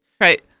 right